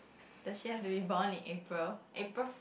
the chef do you born in April April Fool